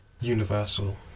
universal